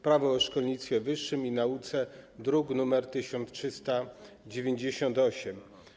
Prawo o szkolnictwie wyższym i nauce, druk nr 1398.